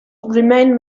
remain